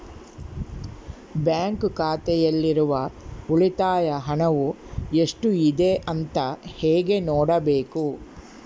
Bank ಖಾತೆಯಲ್ಲಿರುವ ಉಳಿತಾಯ ಹಣವು ಎಷ್ಟುಇದೆ ಅಂತ ಹೇಗೆ ನೋಡಬೇಕು?